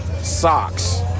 socks